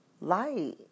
light